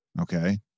okay